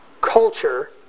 culture